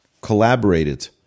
collaborated